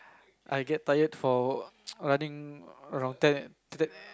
I get tired for running around ten ten